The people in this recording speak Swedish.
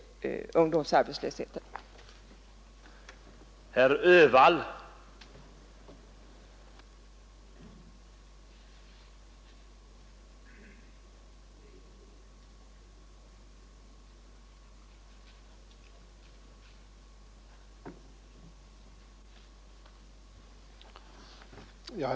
att nedbringa ungdomsarbetslösheten att nedbringa ungdomsarbetslösheten